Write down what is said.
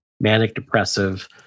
manic-depressive